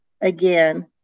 Again